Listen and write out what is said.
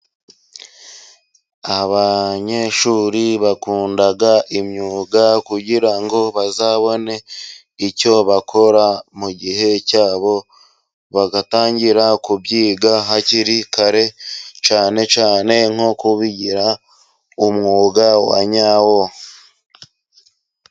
Abanyeshuri bakunda imyuga kugira ngo bazabone icyo bakora mu gihe cyabo, bagatangira kubyiga hakiri kare cyane cyane nko kubigira umwuga wa nyawo.